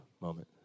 moment